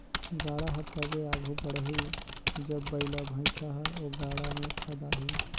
गाड़ा हर तबे आघु बढ़ही जब बइला भइसा हर ओ गाड़ा मे फदाही